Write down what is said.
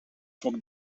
foc